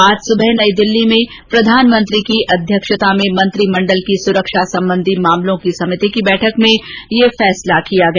आज सुबह नई दिल्ली में प्रधानमंत्री की अध्यक्षता में मंत्रिमंडल की सुरक्षा संबंधी मामलों की समिति की बैठक में यह फैसला किया गया